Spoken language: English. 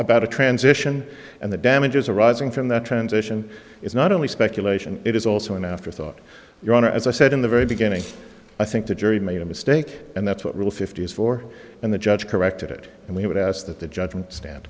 about a transition and the damages arising from that transition is not only speculation it is also an afterthought your honor as i said in the very beginning i think the jury made a mistake and that's what real fifty is for and the judge corrected it and we would ask that the judgment sta